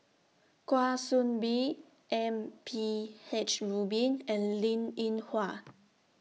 Kwa Soon Bee M P H Rubin and Linn in Hua